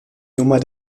nummer